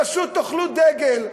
פשוט תאכלו דגל,